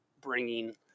bringing